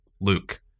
Luke